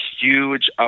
huge